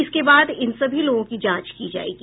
इसके बाद इन सभी लोगों की जांच की जायेगी